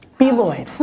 b. lloyd